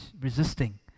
resisting